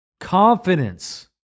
confidence